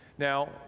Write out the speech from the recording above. Now